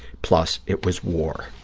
plus it was war.